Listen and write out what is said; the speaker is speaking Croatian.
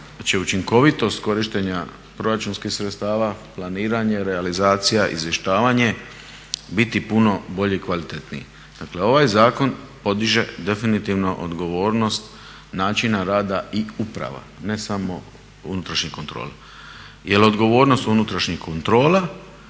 će učinkovitost korištenja proračunskih sredstava, planiranje, realizacija i izvještavanje biti puno bolje i kvalitetnije. Dakle, ovaj zakon podiže definitivno odgovornost načina rada i uprava, ne samo unutrašnjih kontrola. Jer odgovornost unutrašnjih kontrola,